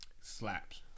Slaps